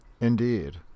Indeed